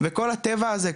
וכל הטבע הזה,